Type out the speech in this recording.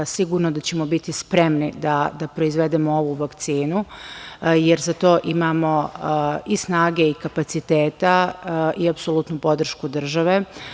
Sigurno da ćemo biti spremni da proizvedemo ovu vakcinu, jer za to imamo i snage i kapaciteta i apsolutnu podršku države.